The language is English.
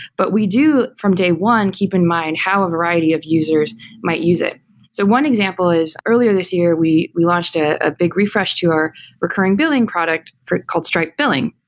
but we do from day one keep in mind how a variety of users might use it so one example is earlier this year, we we launched a big refresh to our recurring billing product, called stripe billing.